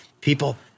people